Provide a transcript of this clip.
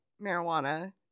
marijuana